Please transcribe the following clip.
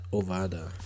ovada